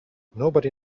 nobody